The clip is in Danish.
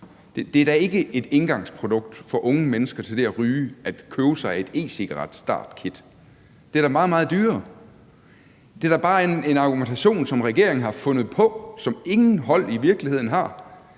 Det er da ikke et indgangsprodukt for unge mennesker til det at ryge at købe sig et e-cigaretstartkit. Det er da meget, meget dyrere. Det er da bare en argumentation, som regeringen har fundet på, som ingen hold i virkeligheden har.